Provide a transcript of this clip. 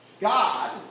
God